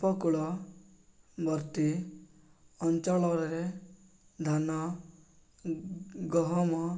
ଉପକୂଳବର୍ତ୍ତୀ ଅଞ୍ଚଳରେ ଧାନ ଗହମ